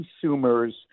consumers